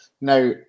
Now